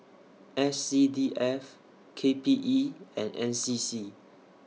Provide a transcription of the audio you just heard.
S C D F K P E and N C C